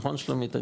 נכון שלומית?